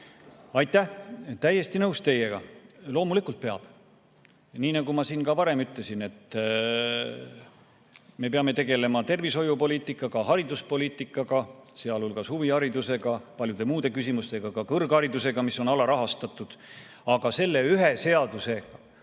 Aitäh! Täiesti nõus teiega. Loomulikult peab. Nii nagu ma ka varem ütlesin, me peame tegelema tervishoiupoliitikaga, hariduspoliitikaga, sealhulgas huviharidusega, paljude muude küsimustega, ka kõrgharidusega, mis on alarahastatud. Aga selle ühe seadusega